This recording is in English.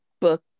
book